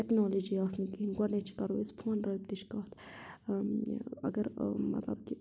technology آسہِ نہٕ کِہیٖنۍ گۄڈٕنچ کَرو أسۍ فون رٲبطٕچ کَتھ اَگر مطلب کہِ